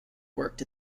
worked